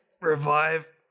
revive